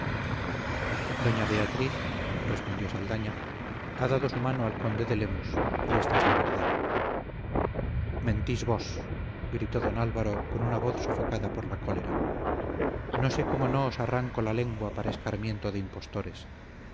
doña beatriz respondió saldaña ha dado su mano al conde de lemus y esta es la verdad mentís vos gritó don álvaro con una voz sofocada por la cólera no sé cómo no os arranco la lengua para escarmiento de impostores